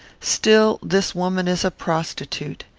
still this woman is a prostitute.